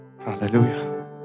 Hallelujah